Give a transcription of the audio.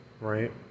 Right